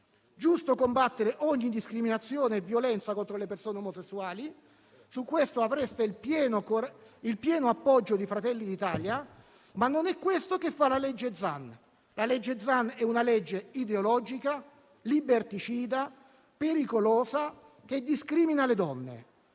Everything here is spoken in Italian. giusto combattere ogni discriminazione e violenza contro le persone omosessuali; su questo avreste il pieno appoggio di Fratelli d'Italia. Ma non è questo che fa il testo di legge Zan, che è un testo ideologico, liberticida, pericoloso e che discrimina le donne.